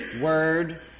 word